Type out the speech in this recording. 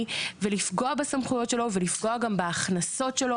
ולפגוע בסמכויות שלו ולפגוע גם בהכנסות שלו.